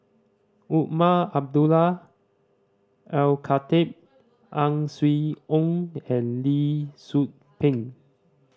Umar Abdullah Al Khatib Ang Swee Aun and Lee Tzu Pheng